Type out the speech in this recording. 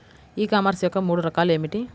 E commerce యొక్క మూడు రకాలు ఏమిటి?